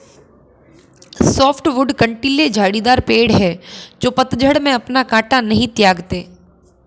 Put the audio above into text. softwood कँटीले झाड़ीदार पेड़ हैं जो पतझड़ में अपना काँटा नहीं त्यागते